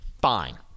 fine